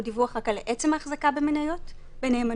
דיווח רק על עצם ההחזקה במניות בנאמנות.